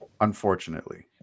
unfortunately